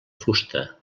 fusta